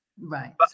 right